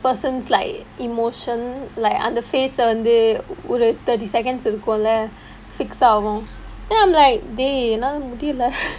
persons like emotion like அந்த:antha face leh வந்து ஒரு:vanthu oru thirty seconds இருக்கோ:irukko leh fix ஆவோ:aavo then I'm like dey என்னாலே முடிலே:ennaala mudilae